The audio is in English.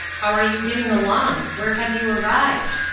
how are you getting along? where have you arrived?